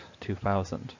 2000